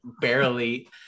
barely